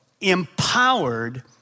empowered